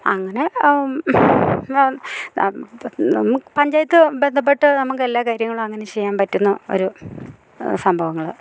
അങ്ങനെ നമുക്ക് പഞ്ചായത്ത് ബന്ധപ്പെട്ട് നമുക്ക് എല്ലാ കാര്യങ്ങളും അങ്ങനെ ചെയ്യാൻ പറ്റുന്ന ഒരു സംഭവങ്ങൾ